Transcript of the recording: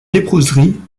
léproserie